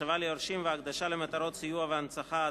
(השבה ליורשים והקדשה למטרות סיוע והנצחה),